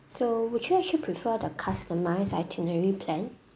so would you actually prefer the customize itinerary plan